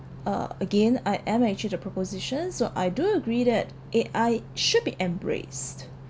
uh again I am actually the proposition so I do agree that A_I should be embraced